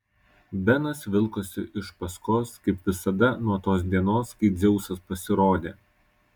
benas vilkosi iš paskos kaip visada nuo tos dienos kai dzeusas pasirodė